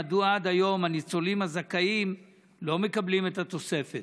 מדוע עד היום הניצולים הזכאים לא מקבלים את התוספת?